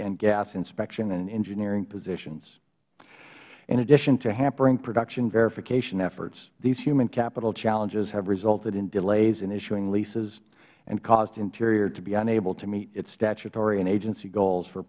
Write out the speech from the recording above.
and gas inspection and engineering positions in addition to hampering production verification efforts these human capital challenges have resulted in delays in issuing leases and caused interior to be unable to meet its statutory and agency goals for